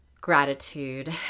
gratitude